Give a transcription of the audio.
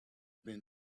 been